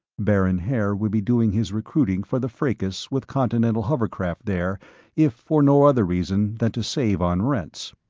baron haer would be doing his recruiting for the fracas with continental hovercraft there if for no other reason than to save on rents.